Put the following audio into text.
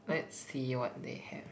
let's see what they have